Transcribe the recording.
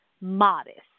modest